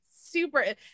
super